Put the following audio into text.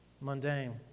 mundane